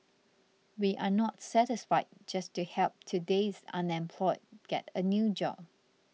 we are not satisfied just to help today's unemployed get a new job